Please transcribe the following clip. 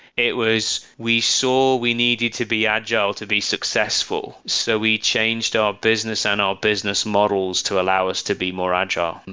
it was we saw we needed to be agile to be successful. so we changed our business and our business models to allow us to be more agile. and